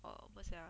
err what's that ah